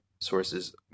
sources